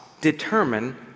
determine